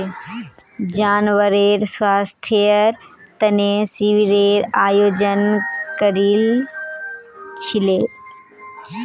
जानवरेर स्वास्थ्येर तने शिविरेर आयोजन करील छिले